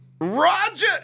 Roger